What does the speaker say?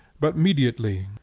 but mediately,